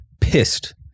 pissed